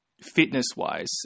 fitness-wise